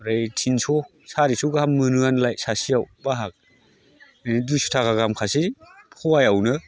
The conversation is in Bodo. ओमफ्राय तिनस' सारिस' गाहाम मोनोआनोलाय सासेयाव बाहाग दुइस' थाखा गाहाम खासै पवायावनो